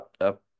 up